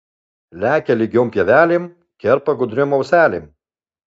lekia lygiom pievelėm kerpa gudriom auselėm